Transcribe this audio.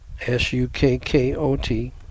S-U-K-K-O-T